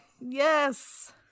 yes